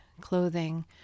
Clothing